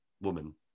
woman